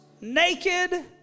naked